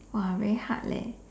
!wah! very hard leh